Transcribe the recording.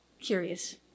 curious